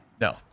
No